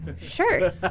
sure